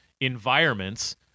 environments